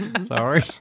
Sorry